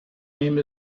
name